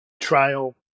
trial